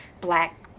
black